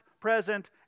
present